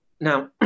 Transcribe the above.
Now